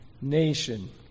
nation